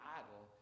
idol